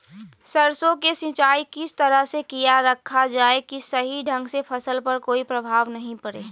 सरसों के सिंचाई किस तरह से किया रखा जाए कि सही ढंग से फसल पर कोई प्रभाव नहीं पड़े?